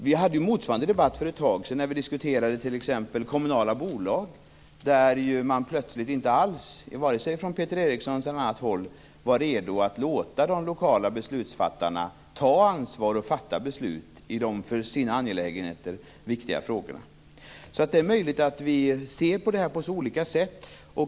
Vi förde ju motsvarande debatt för en tid sedan, då vi t.ex. diskuterade kommunala bolag. Då var varken Peter Eriksson eller någon annan redo att låta de lokala beslutsfattarna ta ansvar och fatta beslut i de för sina angelägenheter viktiga frågorna. Det är möjligt att vi har helt olika syn på detta.